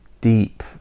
deep